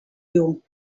you